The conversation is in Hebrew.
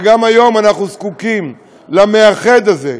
וגם היום אנחנו זקוקים למאחד הזה,